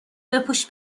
بپوش